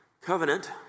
Covenant